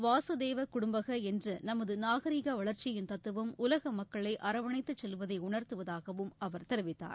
வாசுதேவ குடும்பக என்ற நமது நாகரீக வளர்ச்சியின் தத்துவம் உலக மக்களை அரவணைத்துச் செல்வதை உணர்த்துவதாகவும் அவர் தெரிவித்தார்